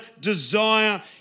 desire